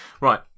Right